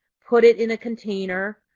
put it in a container,